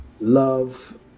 love